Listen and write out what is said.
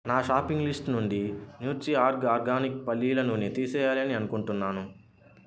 నా shopping list నుండి nutri org organic పల్లీల నూనె తీసేయాలి అని అనుకుంటున్నాను